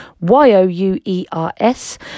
Y-O-U-E-R-S